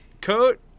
Coat